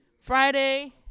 Friday